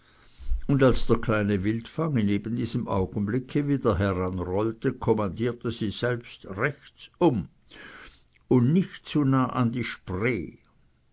und als der kleine wildfang in eben diesem augenblicke wieder heranrollte kommandierte sie selbst rechtsum und nicht zu nah an die spree